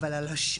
אבל על השאר,